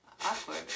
Awkward